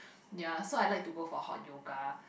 ya so I like to go for hot yoga